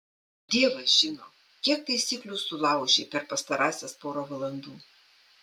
dievas žino kiek taisyklių sulaužei per pastarąsias porą valandų